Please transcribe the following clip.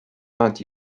not